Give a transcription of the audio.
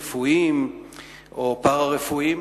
רפואיים או פארה-רפואיים.